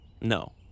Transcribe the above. No